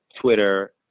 Twitter